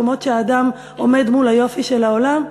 מקומות שאדם עומד בהם מול היופי של העולם,